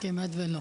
כמעט ולא.